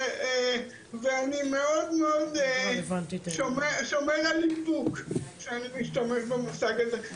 ואני מאוד מאוד שומר על איפוק כשאני משתמש במושג הזה.